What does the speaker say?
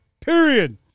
Period